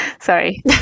sorry